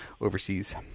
overseas